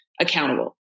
accountable